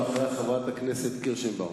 אחריה, חברת הכנסת פניה קירשנבאום.